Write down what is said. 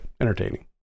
entertaining